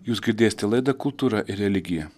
jūs girdėsite laidą kultūra ir religija